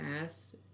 Mass